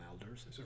elders